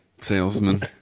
salesman